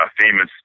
famous